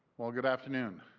well, good afternoon.